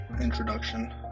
introduction